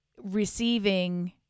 receiving